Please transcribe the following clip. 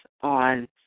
on